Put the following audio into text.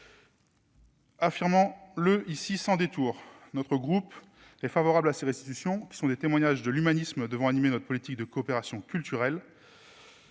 Affirmons-le ici sans détour, notre groupe est favorable à ces restitutions, qui sont des témoignages de l'humanisme devant animer notre politique de coopération culturelle.